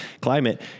Climate